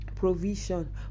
Provision